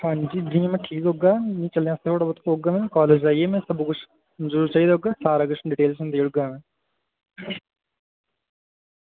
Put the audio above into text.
हांजी जि'यां मैं ठीक होगा मैं चलने आस्तै थोह्ड़ा बहुत होगा कालेज आइयै मैं सब कुछ जो जो चाहिदा होगा सारा किश डिटेल्स देई ओड़गा मैं